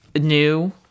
new